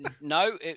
No